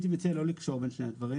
אני הייתי מציע לא לקשור בין שני הדברים.